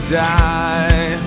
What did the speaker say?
die